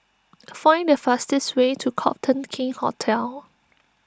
find the fastest way to Copthorne King's Hotel